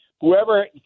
whoever